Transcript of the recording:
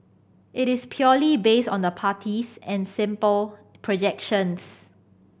it is purely based on the parties and simple projections